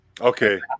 Okay